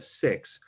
six